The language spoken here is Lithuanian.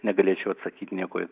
negalėčiau atsakyt nieko